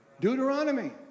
deuteronomy